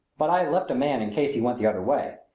but i had left a man in case he went the other way.